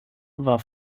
war